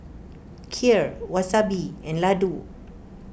Kheer Wasabi and Ladoo